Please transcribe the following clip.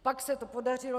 Pak se to podařilo.